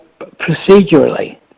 procedurally